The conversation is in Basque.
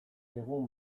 egun